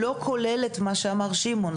לא כולל את מה שאמר שמעון.